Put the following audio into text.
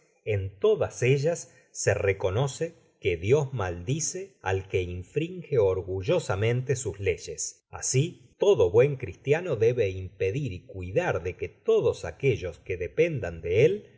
en todas ellas se reconoce que dios maldice al que infringe orgullosamente sus leyes asi todo buen cristiano debe impedir y cuidar de que todos aquellos que dependan de él